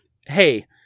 hey